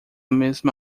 mesma